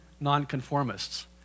nonconformists